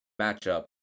matchup